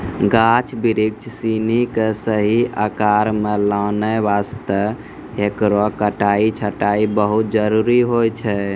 गाछ बिरिछ सिनि कॅ सही आकार मॅ लानै वास्तॅ हेकरो कटाई छंटाई बहुत जरूरी होय छै